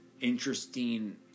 interesting